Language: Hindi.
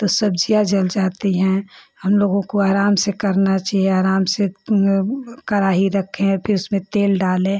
तो सब्ज़ियाँ जल जाती हैं हम लोगों को आराम से करना चाहिए आराम से कराही रखें फिर उसमें तेल डालें